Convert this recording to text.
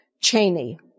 Cheney